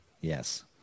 yes